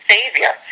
Savior